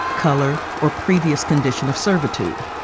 color or previous condition of servitude.